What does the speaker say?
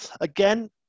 Again